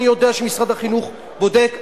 אני יודע שמשרד החינוך בודק,